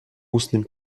устным